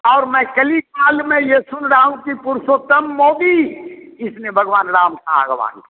और मैं चली चाल में यह सुन रहा हूँ कि पुरुषोत्तम मोदी इसने भगवान राम का